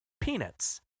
peanuts